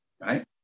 right